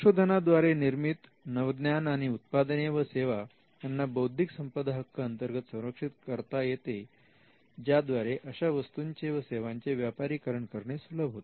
संशोधनाद्वारे निर्मित नवज्ञान आणि उत्पादने व सेवा यांना बौद्धिक संपदा हक्क अंतर्गत संरक्षित करता येते ज्याद्वारे अशा वस्तूंचे व सेवांचे व्यापारीकरण करणे सुलभ होते